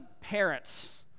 parents